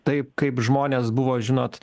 taip kaip žmonės buvo žinot